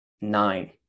Nine